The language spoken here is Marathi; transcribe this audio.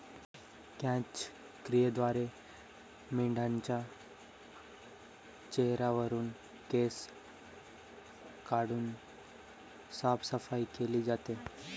क्रॅच क्रियेद्वारे मेंढाच्या चेहऱ्यावरुन केस काढून साफसफाई केली जाते